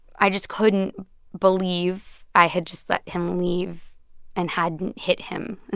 i just couldn't believe i had just let him leave and hadn't hit him.